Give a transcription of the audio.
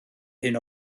hyn